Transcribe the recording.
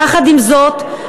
יחד עם זאת,